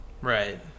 Right